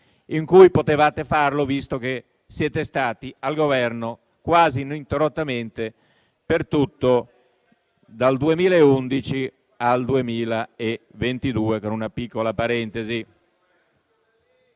in cui potevate farlo, visto che siete stati al Governo quasi ininterrottamente dal 2011 al 2022, con una piccola parentesi.